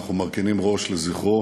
אנחנו מרכינים ראש לזכרו